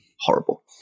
horrible